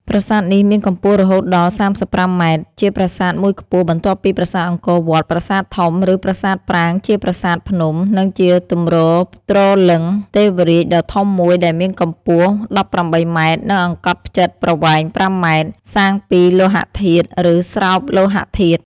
ប្រាសាទនេះមានកំពស់រហូតដល់ ៣៥ម៉ែត្រ ជាប្រាសាទមួយខ្ពស់ បន្ទាប់ពីប្រាសាទអង្គរវត្ត ប្រាសាទធំ ឬប្រាសាទប្រាង្គជាប្រាសាទភ្នំ និងជាទំរទ្រលិង្គ ទេវរាជដ៏ធំមួយដែលមានកំពស់១៨ម៉ែត្រ និងអង្កត់ផ្ចិតប្រវែង ៥ម៉ែត្រ (សាងពី លោហធាតុ ឬស្រោបលោហធាតុ) ។